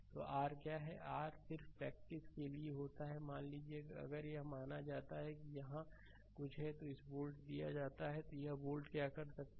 तो r क्या है r r सिर्फ प्रैक्टिस के लिए होता है मान लीजिए अगर यह माना जाता है कि यहाँ कुछ है तो इसे ये वोल्ट दिया जाता है या वो वोल्ट क्या कर सकता है